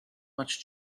much